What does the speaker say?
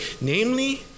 namely